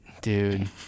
Dude